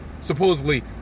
supposedly